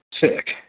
sick